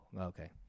okay